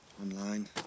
online